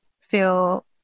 feel